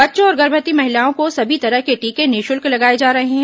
बच्चों और गर्भवती महिलाओं को सभी तरह के टीके निःशुल्क लगाए जा रहे हैं